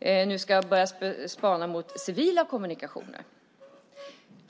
nu ska börja spana på civila kommunikationer.